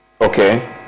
Okay